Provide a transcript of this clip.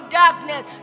darkness